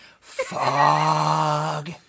fog